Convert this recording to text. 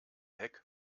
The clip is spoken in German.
heck